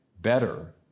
better